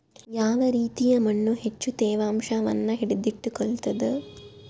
ಯಾವ ರೇತಿಯ ಮಣ್ಣು ಹೆಚ್ಚು ತೇವಾಂಶವನ್ನು ಹಿಡಿದಿಟ್ಟುಕೊಳ್ತದ?